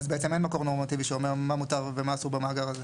אז בעצם אין מקור נורמטיבי שאומר מה מותר ומה אסור במאגר הזה.